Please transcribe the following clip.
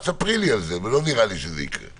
ספרי לי על זה אבל לא נראה לי שזה יקרה.